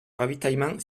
ravitaillement